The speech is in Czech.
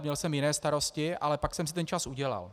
Měl jsem jiné starosti, ale pak jsem si ten čas udělal.